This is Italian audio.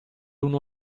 uno